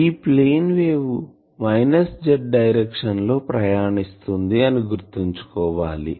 ఈ plane wave minus z direction లో ప్రయాణిస్తుంది అని గుర్తుంచుకోవాలి